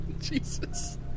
Jesus